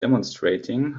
demonstrating